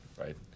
right